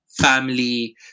family